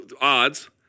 odds